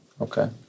Okay